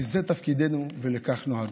כי זה תפקידנו ולכך נועדנו.